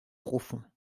profond